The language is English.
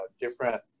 different